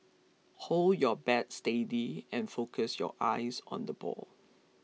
hold your bat steady and focus your eyes on the ball